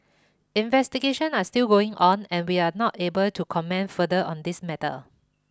investigations are still going on and we are not able to comment further on this matter